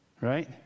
right